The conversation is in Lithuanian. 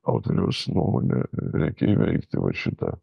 autoriaus nuomone reikia įveikti vat šitą